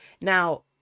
now